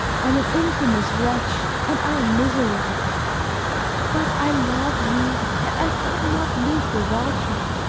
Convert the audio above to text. i am an infamous wretch and i am miserable but i love you, and i can not live without you.